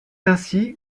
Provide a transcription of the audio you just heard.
ainsi